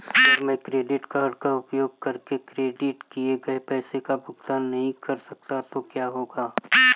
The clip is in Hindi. अगर मैं क्रेडिट कार्ड का उपयोग करके क्रेडिट किए गए पैसे का भुगतान नहीं कर सकता तो क्या होगा?